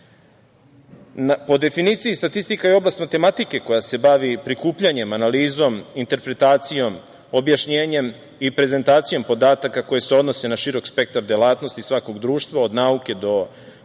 definiciji, statistika je oblast matematike koja se bavi prikupljanjem, analizom, interpretacijom, objašnjenjem i prezentacijom podataka koji se odnose na širok spektar delatnosti svakog društva od nauke do pokazatelja